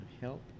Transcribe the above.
help